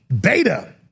beta